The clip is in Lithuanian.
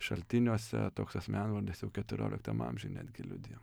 šaltiniuose toks asmenvardis jau keturioliktam amžiuj netgi liudijo